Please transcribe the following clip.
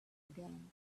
again